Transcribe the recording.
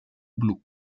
blu